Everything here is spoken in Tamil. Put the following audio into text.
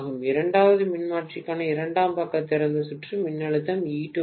இரண்டாவது மின்மாற்றிக்கான இரண்டாம் பக்க திறந்த சுற்று மின்னழுத்தம் E2 ஆகும்